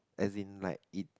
as in like it